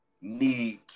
need